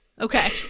Okay